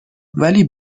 ولی